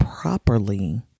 properly